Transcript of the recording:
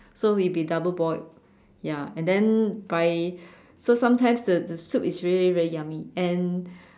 so will be double boiled ya and then by so sometimes the the soup is really very yummy and